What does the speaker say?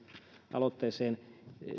aloitteeseen